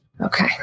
Okay